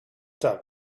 talk